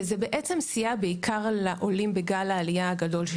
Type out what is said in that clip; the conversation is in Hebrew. וזה בעצם סייע בעיקר לעולים בגל העלייה הגדול של